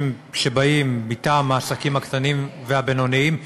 שבאים מטעם העסקים הקטנים והבינוניים,